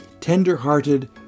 tender-hearted